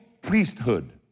priesthood